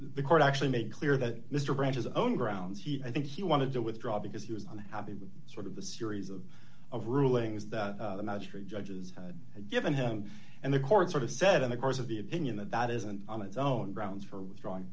the court actually made clear that mr branch's own grounds he i think he wanted to withdraw because he was unhappy with sort of the series of of rulings that the magistrate judges had given him and the court sort of said in the course of the opinion that that isn't on its own grounds for withdrawing